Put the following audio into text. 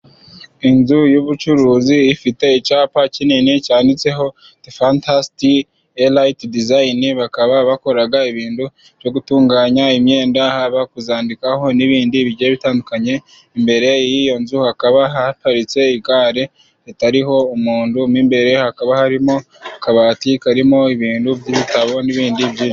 Inzu y'ubucuruzi ifite icyapa kinini cyanditseho tefantasti elayiti dizayini, bakaba bakora ibintu byo gutunganya imyenda, haba kuyandikaho n'ibindi bigiye bitandukanye, imbere y'iyo nzu hakaba haparitse igare ritariho umuntu, mo imbere hakaba harimo akabati karimo ibintu by'ibitabo n'ibindi byinshi.